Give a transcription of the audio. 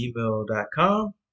gmail.com